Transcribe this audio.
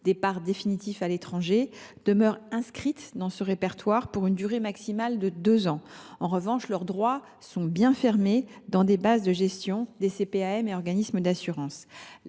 départ définitif à l’étranger, demeurent inscrites dans ce répertoire pour une durée maximale de deux ans. En revanche, leurs droits sont bien fermés dans les bases de gestion des caisses primaires d’assurance